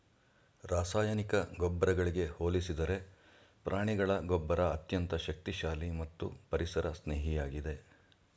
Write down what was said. ರಾಸಾಯನಿಕ ಗೊಬ್ಬರಗಳಿಗೆ ಹೋಲಿಸಿದರೆ ಪ್ರಾಣಿಗಳ ಗೊಬ್ಬರ ಅತ್ಯಂತ ಶಕ್ತಿಶಾಲಿ ಮತ್ತು ಪರಿಸರ ಸ್ನೇಹಿಯಾಗಿದೆ